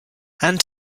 and